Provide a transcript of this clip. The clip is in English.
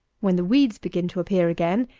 when the weeds begin to appear again,